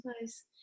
Nice